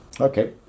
Okay